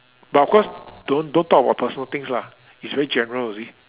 but of course don't don't talk about personal thigns lah it's very general you see